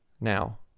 Now